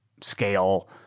scale